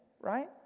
right